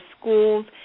schools